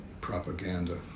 propaganda